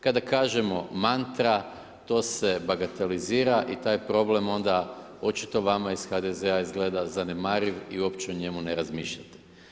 Kada kažemo mantra, to se bagatelizira i taj problem onda, očito vama iz HDZ-a izgleda zanemariv i uopće o njemu ne razmišljate.